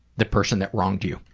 the person that wronged you.